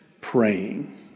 praying